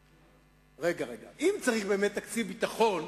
אם צריך באמת תקציב ביטחון,